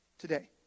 Today